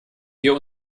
dir